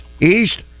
East